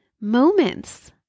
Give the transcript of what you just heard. moments